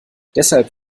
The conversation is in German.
deshalb